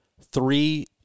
three